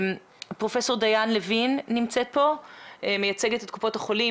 פרופסור דיאן לוין, מייצגת את קופות החולים.